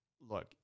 look